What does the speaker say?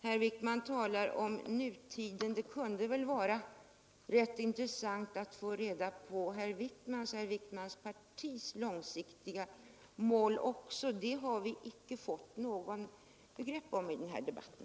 Herr Wijkman talar om nutiden, men det kunde vara rätt intressant att också få reda på herr Wijkmans och hans partis långsiktiga mål. Det har vi inte fått något begrepp om i den här debatten.